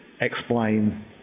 explain